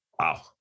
Wow